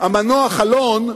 המנוח אלון,